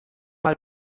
mal